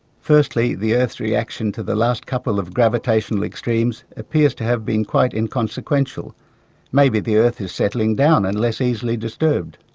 firstly the earth's reaction to the last couple of gravitational extremes appears to have been quite inconsequential maybe the earth is settling down and less easily disturbed.